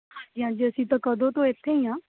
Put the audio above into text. ਹਾਂਜੀ ਹਾਂਜੀ ਅਸੀਂ ਤਾਂ ਕਦੋਂ ਤੋਂ ਇੱਥੇ ਹੀ ਆ